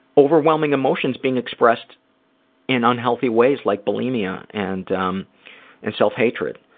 overwhelming emotions being expressed in unhealthy ways like bulimia and um and self-hatred.